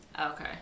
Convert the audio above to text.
Okay